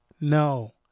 No